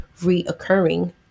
reoccurring